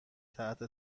تحت